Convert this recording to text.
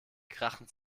krachend